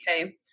Okay